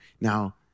Now